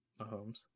Mahomes